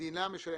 שהמדינה משלמת,